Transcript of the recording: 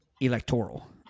electoral